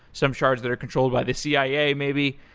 some shards that are controlled by the cia maybe.